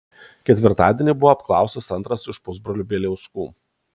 ketvirtadienį buvo apklaustas antras iš pusbrolių bieliauskų